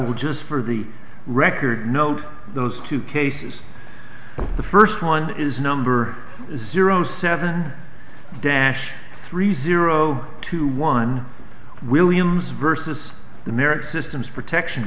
would just for the record note those two cases the first one is number zero seven dash three zero two one williams versus the american systems protection